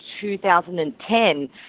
2010